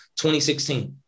2016